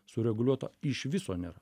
sureguliuota iš viso nėra